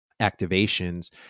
activations